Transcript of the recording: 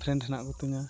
friend ᱦᱮᱱᱟᱜ ᱠᱚᱛᱤᱧᱟ